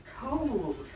cold